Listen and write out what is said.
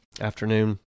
Afternoon